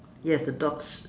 yes the dogs